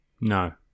No